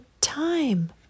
time